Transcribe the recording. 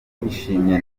ndishimye